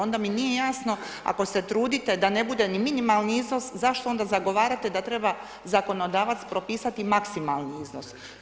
Onda mi nije jasno ako se trudite da ne bude ni minimalni iznos, zašto onda zagovarate, da treba zakonodavac propisati maksimalni iznos.